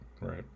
right